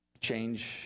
change